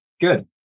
Good